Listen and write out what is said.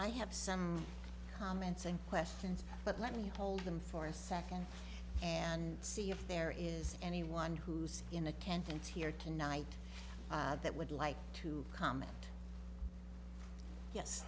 i have some comments and questions but let me hold them for a second and see if there is anyone who's in attendance here tonight that would like to comment yes